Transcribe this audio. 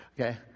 Okay